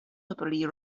notably